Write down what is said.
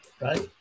right